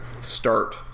start